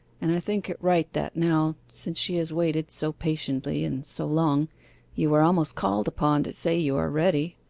and i think it right that now, since she has waited so patiently and so long you are almost called upon to say you are ready.